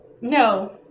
No